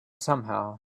somehow